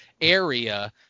area